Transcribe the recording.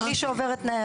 מי שעובר את תנאי הסף.